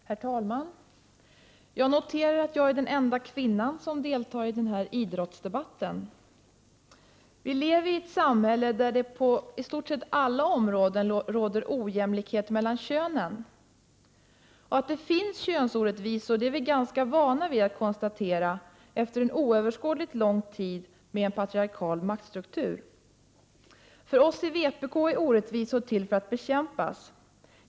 Herr talman! Jag noterar att jag är den enda kvinnan som deltar i den här idrottsdebatten. Vi lever i ett samhälle där det på i stort sett alla områden råder ojämlikhet mellan könen. Att det finns könsorättvisor är vi ganska vana vid att konstatera efter en oöverskådligt lång tid med en patriarkal maktstruktur. För oss i vpk är orättvisor till för att bekämpas.